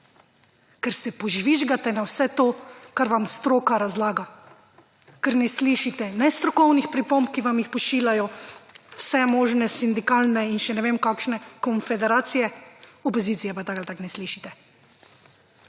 ker se požvižgate na vse to, kar vam stroka razlaga. Ker ne slišite ne strokovnih pripomb, ki vam jih pošiljajo vse možne sindikalne in še ne vem kakšne konfederacije, opozicije pa tako ali